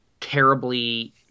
terribly